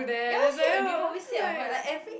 ya I said when people always say I am quite lah every